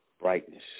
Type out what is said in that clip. Brightness